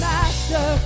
Master